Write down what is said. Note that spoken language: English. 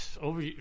Over